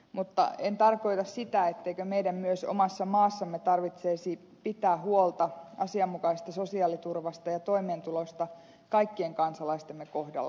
mutta en tarkoita sitä etteikö meidän myös omassa maassamme tarvitsisi pitää huolta asianmukaisesta sosiaaliturvasta ja toimeentulosta kaikkien kansalaistemme kohdalla